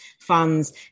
funds